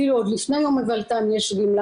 אפילו עוד לפני יום היוולדם יש גימלה